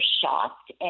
shocked